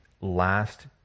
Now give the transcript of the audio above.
last